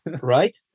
Right